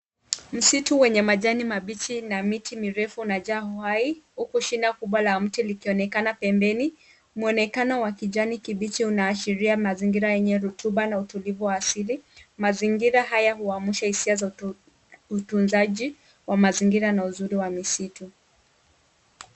Msitu wenye majani mabichi na miti mirefu imejaa uhai huku shina kubwa la mti likionekana pembeni. Mwonekano wa kijani kibichi unaashiria mazingira yenye rutuba na utulivu wa asili. Mazingira haya huamsha hisia za utunzaji kwa mazingira na uzuri wa misitu.